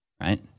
right